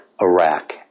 Iraq